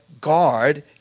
guard